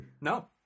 No